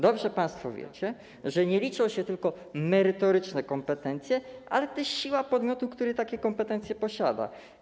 Dobrze państwo wiecie, że liczą się nie tylko merytoryczne kompetencje, ale też siła podmiotu, który takie kompetencje posiada.